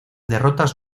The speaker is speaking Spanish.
derrotas